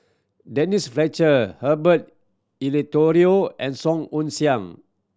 Denise Fletcher Herbert Eleuterio and Song Ong Siang